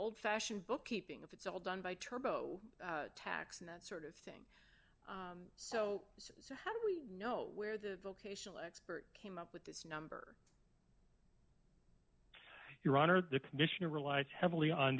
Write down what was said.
old fashioned bookkeeping of it's all done by turbo tax and that sort of thing so how do we know where the vocational expert came up with this number your honor the commissioner relies heavily on